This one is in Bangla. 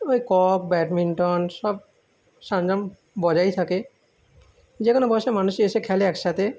ওই কক ব্যাডমিন্টন সব সরঞ্জাম বজায় থাকে যে কোনও বয়সের মানুষ এসে খেলে এক সাথে